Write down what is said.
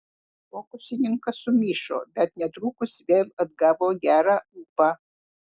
fokusininkas sumišo bet netrukus vėl atgavo gerą ūpą